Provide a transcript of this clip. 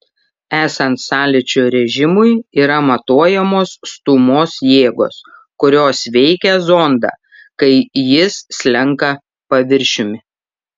esant sąlyčio režimui yra matuojamos stūmos jėgos kurios veikia zondą kai jis slenka paviršiumi